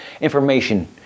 information